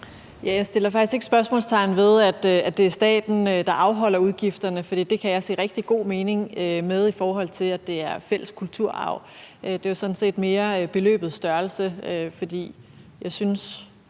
faktisk ikke spørgsmålstegn ved, at det er staten, der afholder udgifterne, for det kan jeg se rigtig god mening med, i forhold til at det er fælles kulturarv. Det er sådan set mere beløbets størrelse,